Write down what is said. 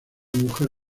mujer